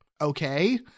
okay